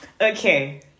Okay